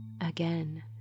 Again